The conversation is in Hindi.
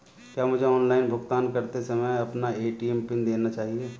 क्या मुझे ऑनलाइन भुगतान करते समय अपना ए.टी.एम पिन देना चाहिए?